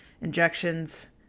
Injections